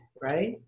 right